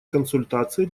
консультации